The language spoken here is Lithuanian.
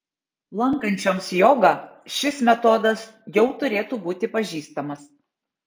lankančioms jogą šis metodas jau turėtų būti pažįstamas